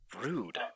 Rude